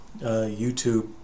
YouTube